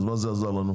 אז מה זה עזר לנו?